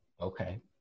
okay